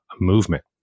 movement